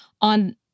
on